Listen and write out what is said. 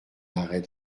arrêt